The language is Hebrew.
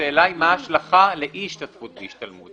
השאלה היא מה ההשלכה לאי-השתתפות בהשתלמות,